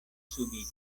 subite